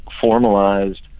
formalized